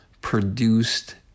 produced